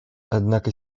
однако